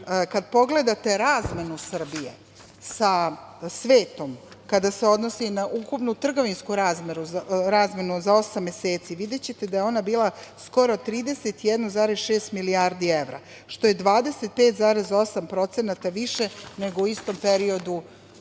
kada pogledate razmenu Srbije sa svetom, kada se odnosi na ukupnu trgovinsku razmenu za osam meseci, videćete da je ona bila skoro 31,6 milijardi evra, što je 25,8% više nego u istom periodu